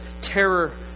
terror